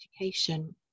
education